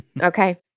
Okay